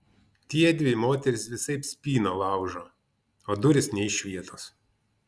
tiedvi moterys visaip spyną laužo o durys nė iš vietos